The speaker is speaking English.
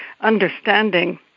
understanding